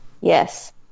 Yes